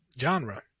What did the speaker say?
genre